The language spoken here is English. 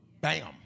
Bam